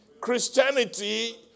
Christianity